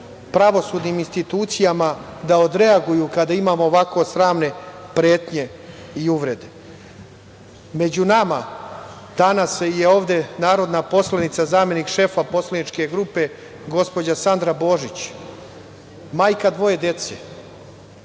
pravosudnim institucijama da odreaguju kada imamo ovako sramne pretnje i uvrede.Među nama, danas se i ovde narodna poslanica zamenik šefa poslaničke grupe, gospođa Sandra Božić, majka dvoje dece